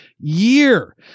year